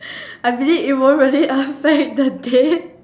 I believe it won't really affect the day